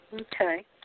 Okay